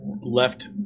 left